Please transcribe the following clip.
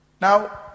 Now